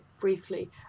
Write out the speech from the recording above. briefly